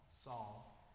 Saul